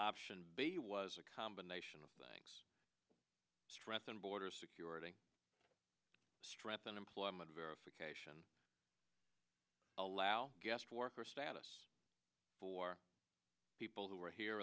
option b was a combination of things strengthen border security strengthen employment verification allow guest worker status for people who are here